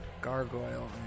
gargoyle